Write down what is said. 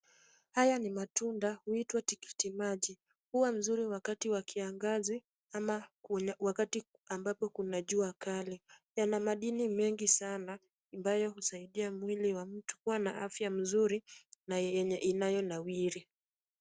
Haya ni matunda huitwa tikitimaji. Huwa mzuri wakati wa kiangazi ama wakati ambapo kuna jua kali. Yana madini mengi sana, ambayo husaidia mwili wa mtu kuwa na afya mzuri na yenye inayonawiri.